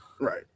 Right